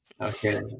Okay